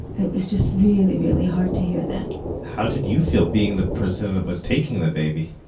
it was just really really hard to hear that how did you feel being the person that was taking the baby?